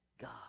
God